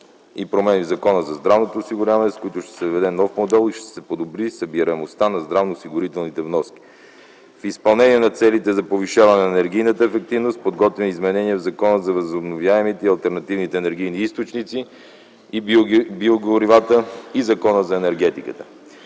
и промени в Закона за здравното осигуряване, с които ще се въведе нов модел и ще се подобри събираемостта на здравноосигурителните вноски. В изпълнение на целите за повишаване на енергийната ефективност е подготвено изменение в Закона за възобновяемите и алтернативни енергийни източници и биогоривата и Закона за енергетиката.